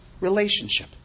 relationship